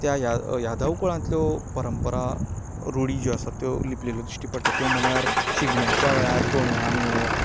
त्या या यादव कुळांतल्यो परंपरा रुढी ज्यो आसा त्यो लिपलेल्यो दिश्टी पडटा त्यो म्हळ्यार शिगम्याच्या वेळार तोणया मेळ